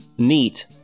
neat